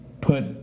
put